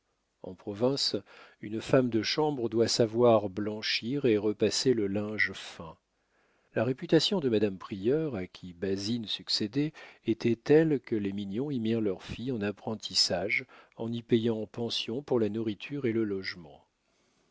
en province une femme de chambre doit savoir blanchir et repasser le linge fin la réputation de madame prieur à qui basine succédait était telle que les mignon y mirent leur fille en apprentissage en y payant pension pour la nourriture et le logement